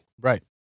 Right